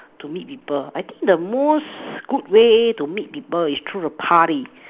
to meet people I think the most good way to meet people is through the party